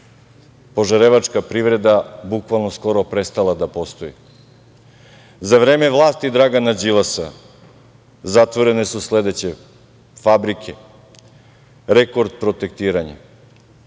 požarevačka privreda bukvalno skoro prestala da postoji. Za vreme vlasti Dragana Đilasa zatvorene su sledeće fabrike: „Rekord protektiranje“,